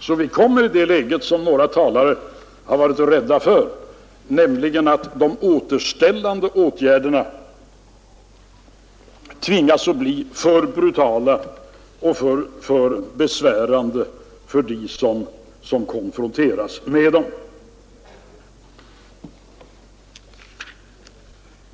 så att vi hamnar i det läge som några talare har varit rädda för, nämligen att de återställande åtgärderna tvingas att bli för brutala och för besvärande för dem som konfronteras med dessa.